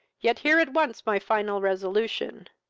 yet hear at once my final resolution.